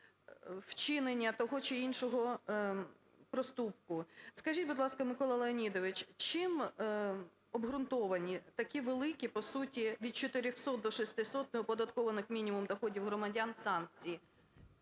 вчинення того чи іншого проступку. Скажіть, будь ласка, Микола Леонідович, чим обґрунтовані такі великі, по суті, від 400 до 600 неоподаткованих мінімумів доходів громадян санкції?